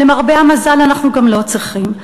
ולמרבה המזל אנחנו גם לא צריכים.